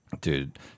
Dude